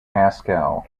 haskell